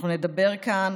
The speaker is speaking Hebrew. אנחנו נדבר כאן,